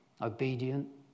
obedient